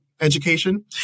education